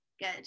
good